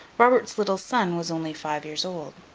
robert's little son was only five years old.